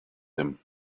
him